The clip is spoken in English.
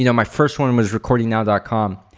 you know my first one was recordingnow com,